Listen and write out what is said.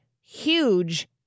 huge